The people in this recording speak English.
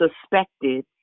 suspected